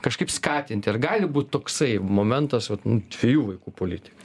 kažkaip skatinti ar gali būti toksai momentas vat dviejų vaikų politika